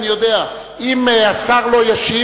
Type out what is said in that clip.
אם השר לא ישיב,